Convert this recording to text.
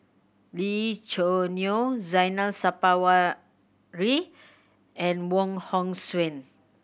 Lee Choo Neo Zainal Sapari and Wong Hong Suen